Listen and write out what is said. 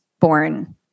born